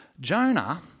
Jonah